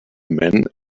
man